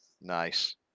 Nice